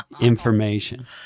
Information